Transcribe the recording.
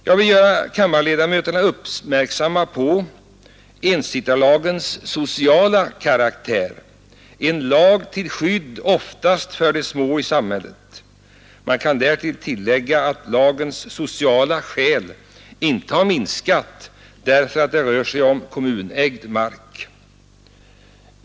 Jag vill göra kammarledamöterna uppmärksamma på ensittarlagens sociala karaktär — en lag till skydd oftast för de små i samhället. Man kan därtill lägga att lagens sociala skäl inte har minskat därför att det rör sig om kommunägd mark.